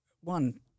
one